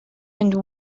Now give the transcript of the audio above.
and